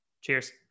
Cheers